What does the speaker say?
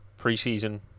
preseason